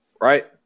right